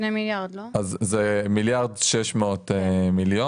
זה 1.6 מיליארד.